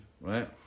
right